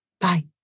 Bye